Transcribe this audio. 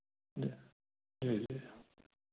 जी जी